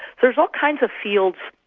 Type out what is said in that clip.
there's all kinds of fields,